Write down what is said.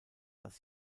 dass